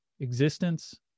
existence